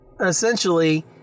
essentially